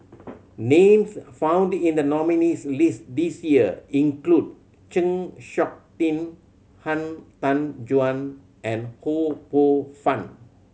names found in the nominees' list this year include Chng Seok Tin Han Tan Juan and Ho Poh Fun